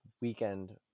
weekend